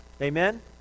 Amen